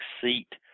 seat